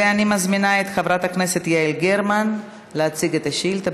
אני מזמינה את חברת הכנסת יעל גרמן להציג את השאילתה.